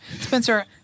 Spencer